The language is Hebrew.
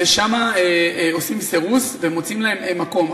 ושם עושים סירוס ומוצאים להם מקום.